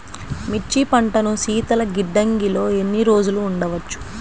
మిర్చి పంటను శీతల గిడ్డంగిలో ఎన్ని రోజులు ఉంచవచ్చు?